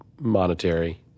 monetary